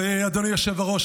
אדוני היושב-ראש,